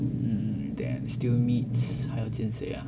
then still meet 还有见谁啊